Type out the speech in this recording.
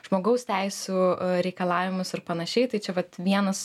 žmogaus teisių reikalavimus ir panašiai tai čia vat vienas